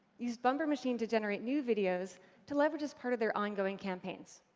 used bumper machine to generate new videos to leverage as part of their ongoing campaigns.